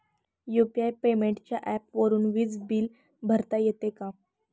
UPI पेमेंटच्या ऍपवरुन वीज बिल भरता येते का?